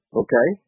okay